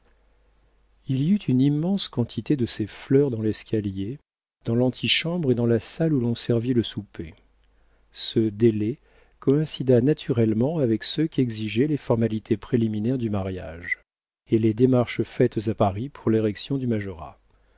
il y eut une immense quantité de ces fleurs dans l'escalier dans l'antichambre et dans la salle où l'on servit le souper ce délai coïncida naturellement avec ceux qu'exigeaient les formalités préliminaires du mariage et les démarches faites à paris pour l'érection du